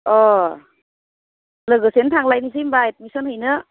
अ लोगोसेनो थांलायनोसै होनबा एडमिसन हैनो